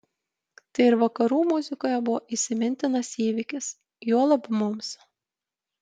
tai ir vakarų muzikoje buvo įsimintinas įvykis juolab mums